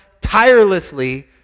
tirelessly